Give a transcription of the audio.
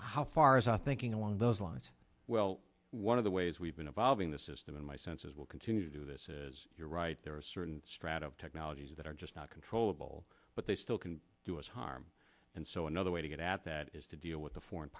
how far as i thinking along those lines well one of the ways we've been evolving the system in my sense is we'll continue to do this is you're right there are certain strata of technologies that are just not controllable but they still can do us harm and so another way to get at that is to deal with the foreign